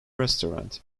restaurant